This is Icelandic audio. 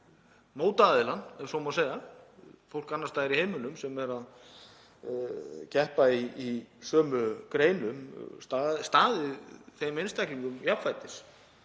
mótaðilann, ef svo má segja, fólk annars staðar í heiminum sem er að keppa í sömu greinum, það geti staðið þeim einstaklingum jafnfætis.